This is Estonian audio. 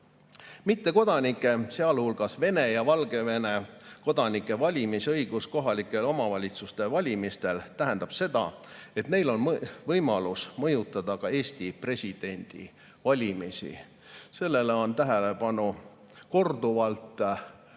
Mittekodanike, sealhulgas Venemaa ja Valgevene kodanike valimisõigus kohalike omavalitsuste valimistel tähendab seda, et neil on võimalus mõjutada ka Eesti presidendivalimisi. Sellele on korduvalt